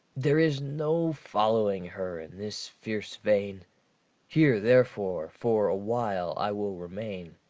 there is no following her in this fierce vein here, therefore, for a while i will remain.